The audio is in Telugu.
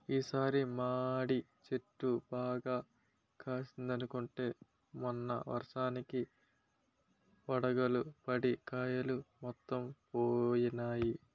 ఈ సారి మాడి చెట్టు బాగా కాసిందనుకుంటే మొన్న వర్షానికి వడగళ్ళు పడి కాయలు మొత్తం పోనాయి